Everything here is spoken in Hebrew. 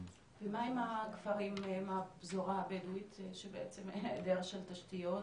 ומה עם הכפרים מהפזורה הבדואית שבעצם יש היעדר של תשתיות,